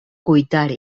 cuitar